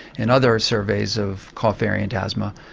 in other surveys of cough variant asthma,